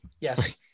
Yes